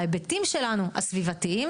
ההיבטים הסביבתיים שלנו,